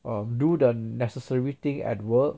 um do the necessary thing at work